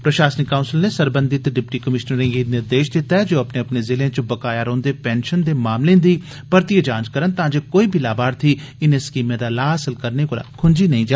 प्रषासनिक काउंसल नै सरबंधित डिप्टी कमिषनरें गी निर्देष दित्ता र्ऐ जे ओ अपने अपने जिलें च बकाया रोहंदे पेंषन दे मामलें दी परतिए जांच करन तां जे कोई बी लाभार्थी इनें स्कीमें दा लाह हासल करने कोला खुंजी नेंई जा